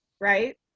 right